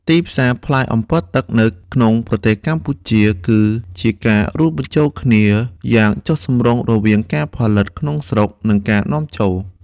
ទីផ្សារផ្លែអម្ពិលទឹកនៅក្នុងប្រទេសកម្ពុជាគឺជាការរួមបញ្ចូលគ្នាយ៉ាងចុះសម្រុងរវាងការផលិតក្នុងស្រុក និងការនាំចូល។